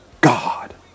God